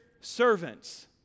servants